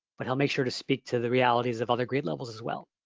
but he'll make sure to speak to the realities of other grade levels as well.